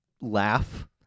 laugh